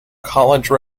college